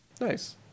Nice